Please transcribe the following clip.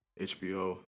HBO